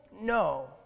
No